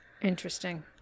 interesting